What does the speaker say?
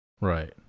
Right